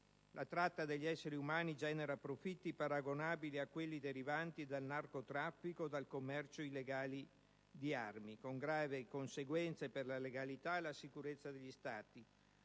La tratta degli esseri umani genera profitti paragonabili a quelli derivanti dal narcotraffico e dal commercio illegale di armi, con gravi conseguenze per la legalità e la sicurezza degli Stati,